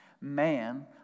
Man